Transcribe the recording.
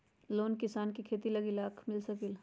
Loan किसान के खेती लाख मिल सकील?